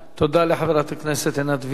תודה לחברת הכנסת עינת וילף.